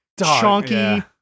chunky